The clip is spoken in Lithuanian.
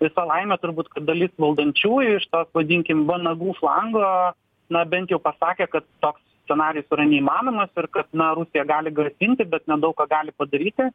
visa laimė turbūt kad dalis valdančiųjų iš to vadinkim vanagų lango na bent jau pasakė kad toks scenarijus yra neįmanomas ir kad na rusija gali grasinti bet nedaug ką gali padaryti